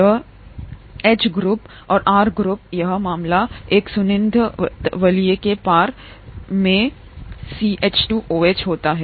यहां H group और R group यह मामला यहाँ एक सुगन्धित वलय के पार बेंजीन में CH2 OH होता है